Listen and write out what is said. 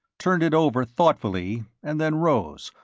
turned it over thoughtfully, and then rose,